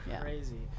crazy